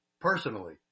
personally